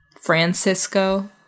Francisco